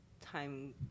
time